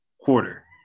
quarter